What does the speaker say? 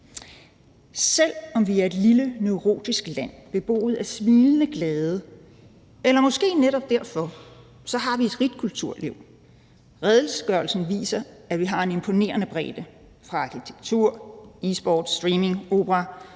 Selv om vi er et lille neurotisk land beboet af smilende, glade mennesker eller måske netop derfor, har vi et rigt kulturliv. Redegørelsen viser, at vi har en imponerende bredde, fra arkitektur, e-sport, streaming, opera,